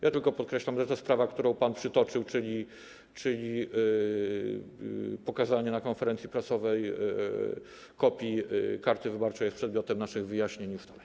Ja tylko podkreślam, że ta sprawa, którą pan przytoczył, czyli pokazanie na konferencji prasowej kopii karty wyborczej jest przedmiotem naszych wyjaśnień i ustaleń.